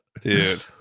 dude